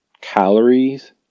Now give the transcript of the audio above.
calories